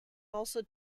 also